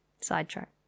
Sidetrack